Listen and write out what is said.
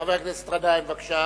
חבר הכנסת גנאים, בבקשה.